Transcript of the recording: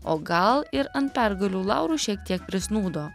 o gal ir ant pergalių laurų šiek tiek prisnūdo